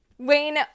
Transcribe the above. Wayne